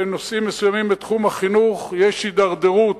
בנושאים מסוימים בתחום החינוך יש הידרדרות,